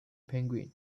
penguin